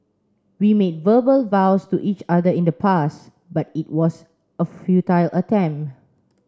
we made verbal vows to each other in the past but it was a futile